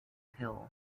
hill